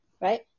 Right